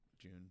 June